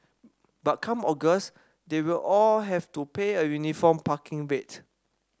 but come August they will all have to pay a uniform parking rate